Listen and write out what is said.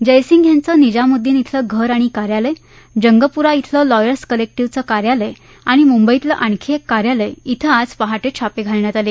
जयसिंग यांचं निजामउद्दीन खेलं घर आणि कार्यालय जंगपूरा खेलं लॉयर्स कलेक्टीव्हचं कार्यालय आणि मुंबईतलं आणखी एक कार्यालय क्रि आज पहाटे छापे टाकण्यात आले